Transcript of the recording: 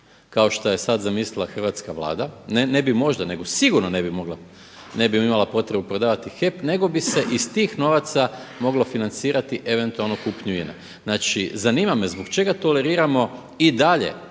kao što je sad zamislila hrvatska Vlada, ne bi možda, nego sigurno ne bi mogla, ne bi imala potrebu prodavati HEP nego bi se iz tih novaca moglo financirati eventualno kupnju INA-e. Znači zanima me zbog čega toleriramo i dalje